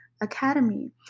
Academy